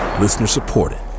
Listener-supported